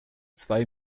zwei